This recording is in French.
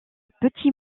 petit